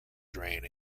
drain